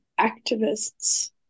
activists